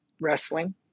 wrestling